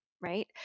right